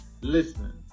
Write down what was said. Listen